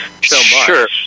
Sure